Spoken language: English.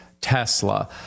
Tesla